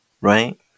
right